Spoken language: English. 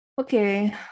Okay